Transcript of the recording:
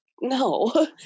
no